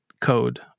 code